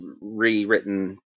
rewritten